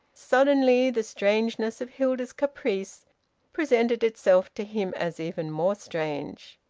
suddenly the strangeness of hilda's caprice presented itself to him as even more strange.